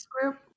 group